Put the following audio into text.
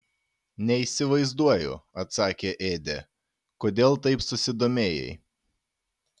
neįsivaizduoju atsakė ėdė kodėl taip susidomėjai